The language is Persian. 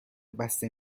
بسته